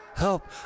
Help